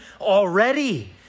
already